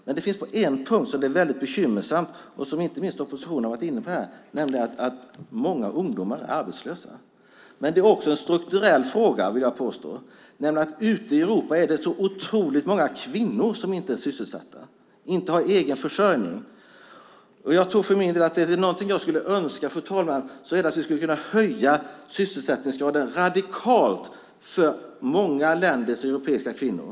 Men på en punkt är det väldigt bekymmersamt, som inte minst oppositionen varit inne på här, nämligen att många ungdomar är arbetslösa. Jag vill påstå att det också är en strukturell fråga. Ute i Europa är det så otroligt många kvinnor som inte är sysselsatta och inte har egen försörjning. Är det någonting jag skulle önska är det att vi skulle höja sysselsättningsgraden radikalt för många länders europeiska kvinnor.